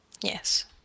Yes